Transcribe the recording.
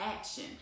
action